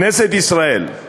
כנסת ישראל,